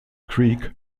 creek